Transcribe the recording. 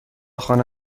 خانه